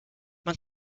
man